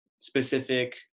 specific